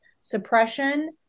suppression